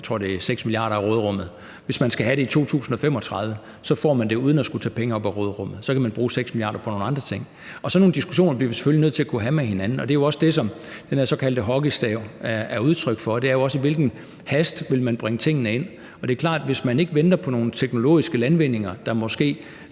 – tror jeg det er – af råderummet, men hvis man skal have det i 2035, får man det uden at skulle tage penge fra råderummet, og så kan man bruge 6 mia. kr. på nogle andre ting. Sådan nogle diskussioner bliver vi selvfølgelig nødt til at kunne have med hinanden. Det er jo også det, som den her såkaldte hockeystav er udtryk for, nemlig i hvilken hast man vil bringe tingene ind. Det er klart, at hvis man ikke venter på nogle teknologiske landvindinger, der måske